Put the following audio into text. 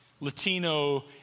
Latino